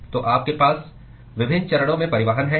तो आपके पास विभिन्न चरणों में परिवहन है